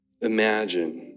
imagine